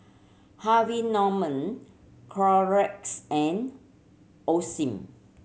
Harvey Norman Clorox and Osim